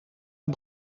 een